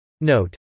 Note